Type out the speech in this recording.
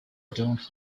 don’t